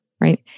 right